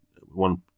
one